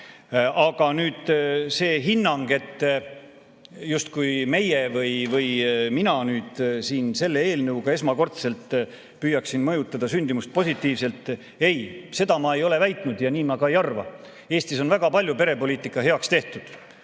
nüüd see hinnang, justkui meie püüaksime või mina nüüd siin selle eelnõuga esmakordselt püüaksin mõjutada sündimust positiivselt. Ei, seda ma ei ole väitnud ja nii ma ka ei arva. Eestis on väga palju perepoliitika heaks tehtud,